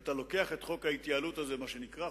מה בעצם החוק הזה,